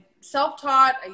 self-taught